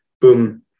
Boom